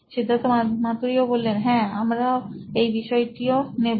সিদ্ধার্থ মাতু রি সি ই ও নোইন ইলেক্ট্রনিক্স হ্যাঁ আমরা এই বিষয়টিও নেব